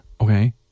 Okay